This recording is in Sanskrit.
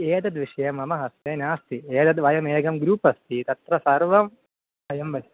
एतद्विषये मम हस्ते नास्ति एतद् वयम् एकं ग्रूप् अस्ति तत्र सर्वं वयं वा